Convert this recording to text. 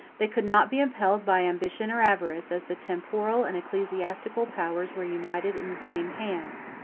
they could not be impelled by ambition or avarice, as the temporal and ecclesiastical powers were united in the same hands.